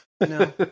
No